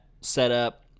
setup